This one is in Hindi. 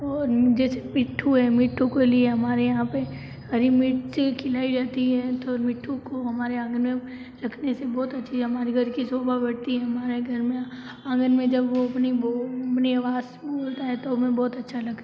और जैसे मिट्ठू है मिट्ठू के लिए हमारे यहाँ पे हरी मिर्ची खिलाई जाती है तो मिट्ठू को हमारे आंगन में रखने से बहुत अच्छी हमारे घर की शोभा बढ़ती है हमारे घर में आंगन में जब वो अपनी वो अपनी आवाज बोलता है तो हमें बहुत अच्छा लगता है